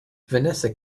vanessa